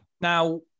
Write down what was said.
Now